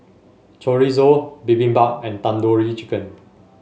Chorizo Bibimbap and Tandoori Chicken